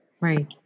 Right